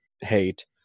hate